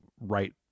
right